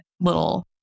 little